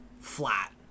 flat